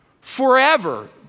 forever